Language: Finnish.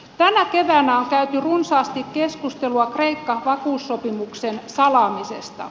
tänä keväänä on käyty runsaasti keskustelua kreikka vakuussopimuksen salaamisesta